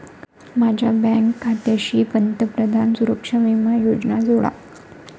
माझ्या बँक खात्याशी पंतप्रधान सुरक्षा विमा योजना जोडा